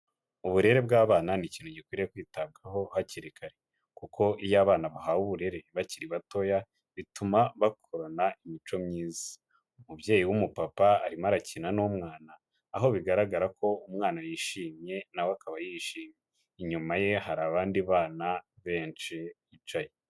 Uburere bw'abana ni ikintu gikwiye kwitabwaho hakiri kare kuko iyo abana bahawe uburere bakiri batoya bituma bakurana imico myiza. Umubyeyi w'umupapa arimo arakina n'umwana, aho bigaragara ko umwana yishimye na we akaba yishimye, inyuma ye hari abandi bana benshi yicaye.